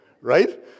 right